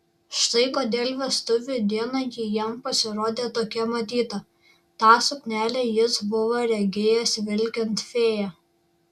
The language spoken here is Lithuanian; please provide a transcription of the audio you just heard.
štai kodėl vestuvių dieną ji jam pasirodė tokia matyta tą suknelę jis buvo regėjęs vilkint fėją